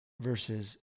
versus